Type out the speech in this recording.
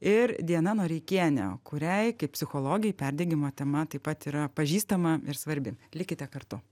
ir diana noreikiene kuriai kaip psichologei perdegimo tema taip pat yra pažįstama ir svarbi likite kartu